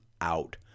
out